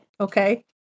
Okay